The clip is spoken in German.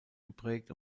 geprägt